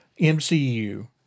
MCU